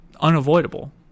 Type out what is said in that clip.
unavoidable